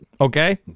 okay